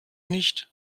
nicht